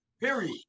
Period